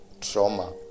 trauma